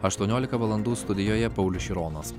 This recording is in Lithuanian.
aštuoniolika valandų studijoje paulius šironas